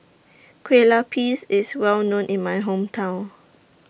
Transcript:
Kueh Lupis IS Well known in My Hometown